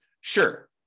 Sure